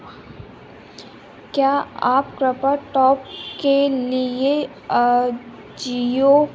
क्या आप crop top के लिए अजियो